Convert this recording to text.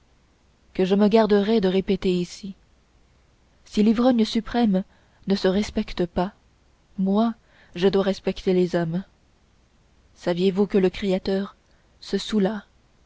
que je me garderai de répéter ici si l'ivrogne suprême ne se respecte pas moi je dois respecter les hommes saviez-vous que le créateur se